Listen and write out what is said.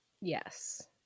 Yes